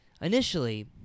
initially